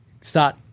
start